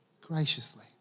graciously